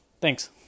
Thanks